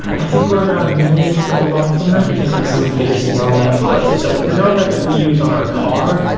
i think we're about a million fold off from that. i think like some of the biggest neural nets, well let's see, so the neural net that we use on our car,